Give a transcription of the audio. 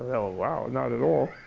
oh wow, not at all.